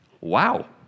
Wow